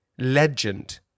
legend